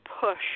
push